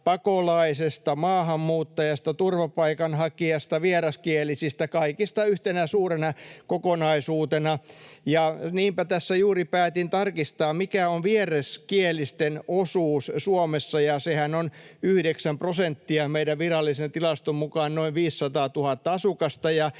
pakolaisesta, maahanmuuttajasta, turvapaikanhakijasta, vieraskielisistä, kaikista yhtenä suurena kokonaisuutena. Niinpä tässä juuri päätin tarkistaa, mikä on vieraskielisten osuus Suomessa, ja sehän on 9 prosenttia, meidän virallisen tilaston mukaan noin viisisataatuhatta